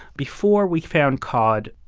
before we found cod,